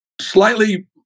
slightly –